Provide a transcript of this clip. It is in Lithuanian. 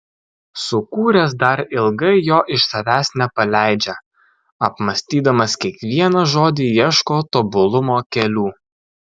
sukūręs dar ilgai jo iš savęs nepaleidžia apmąstydamas kiekvieną žodį ieško tobulumo kelių